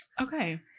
Okay